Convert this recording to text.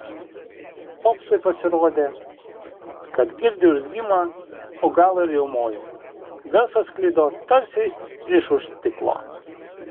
popsui pasirodė kad girdi urzgimą o gal ir riaumojimą garsas sklido tarsi iš už stiklo